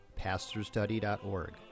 pastorstudy.org